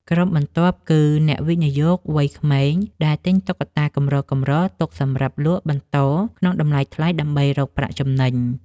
ក្រុមបន្ទាប់គឺ អ្នកវិនិយោគវ័យក្មេង ដែលទិញតុក្កតាកម្រៗទុកសម្រាប់លក់បន្តក្នុងតម្លៃថ្លៃដើម្បីរកប្រាក់ចំណេញ។